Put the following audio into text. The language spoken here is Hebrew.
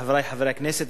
חברי חברי הכנסת,